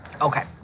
Okay